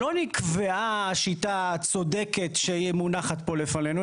לא נקבעה שיטה צודקת שהיא מונחת פה לפנינו,